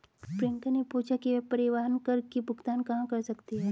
प्रियंका ने पूछा कि वह परिवहन कर की भुगतान कहाँ कर सकती है?